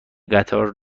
قطار